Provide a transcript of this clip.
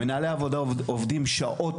מנהלי העבודה עובדים במשך שעות,